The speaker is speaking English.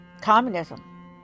Communism